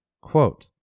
Quote